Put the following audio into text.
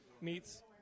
meets